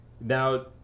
now